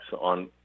on